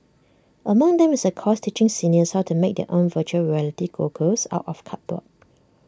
among them is A course teaching seniors how to make their own Virtual Reality goggles out of cardboard